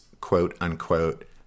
quote-unquote